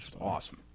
awesome